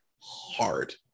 hard